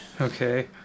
Okay